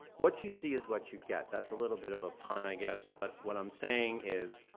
what you see is what you get, that's a little bit of a pun i guess, but what i'm saying is